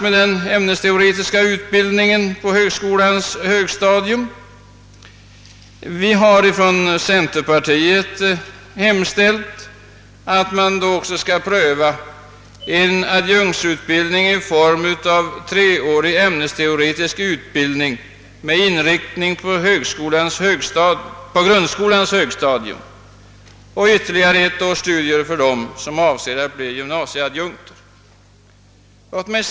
Hur den ämnesteoretiska utbildningen skall ordnas kommer att prövas. Vi har från centerpartiet hemställt att man då också skall pröva en adjunktsutbildning i form av treårig ämnesteoretisk utbildning med inriktning på grundskolans högstadium och ytterligare ett års studier för dem som avser att bli gymnasieadjunkter.